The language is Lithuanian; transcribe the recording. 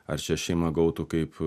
ar čia šeima gautų kaip